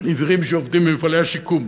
שעיוורים שעובדים במפעלי השיקום,